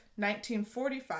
1945